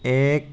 এক